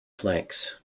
flanks